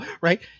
right